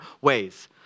ways